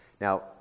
Now